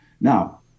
Now